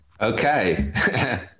okay